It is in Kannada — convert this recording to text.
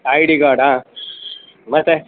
ಐಡಿ ಕಾರ್ಡಾ ಮತ್ತು